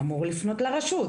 הוא אמור לפנות לרשות.